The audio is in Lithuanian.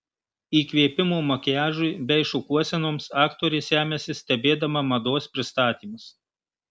įkvėpimo makiažui bei šukuosenoms aktorė semiasi stebėdama mados pristatymus